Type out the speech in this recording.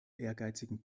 ehrgeizigen